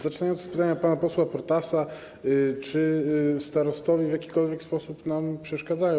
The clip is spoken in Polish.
Zacznę od pytania pana posła Protasa, czy starostowie w jakikolwiek sposób nam przeszkadzają.